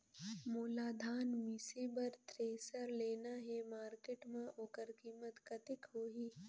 मोला धान मिसे बर थ्रेसर लेना हे मार्केट मां होकर कीमत कतेक होही?